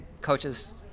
coaches